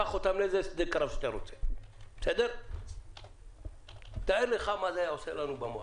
קח אותם לאיזה שדה קרב שאתה רוצה ותאר לך מה זה היה עושה לנו,